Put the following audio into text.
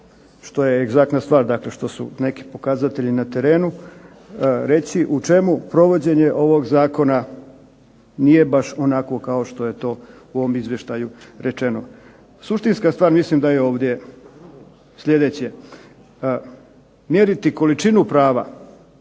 što je egzaktna stvar, dakle što su neki pokazatelji na terenu reći u čemu provođenje ovog Zakona nije baš onakvo kao što je to u ovom Izvještaju rečeno. Suštinska stvar mislim da je ovdje sljedeće. Mjeriti količinu prava